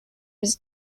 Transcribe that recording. was